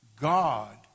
God